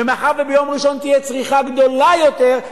ומאחר שביום ראשון תהיה צריכה גדולה יותר,